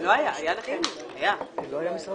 אמרתי להם שזה עם